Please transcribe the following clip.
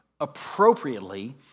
appropriately